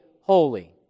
holy